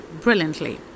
brilliantly